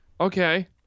Okay